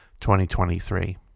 2023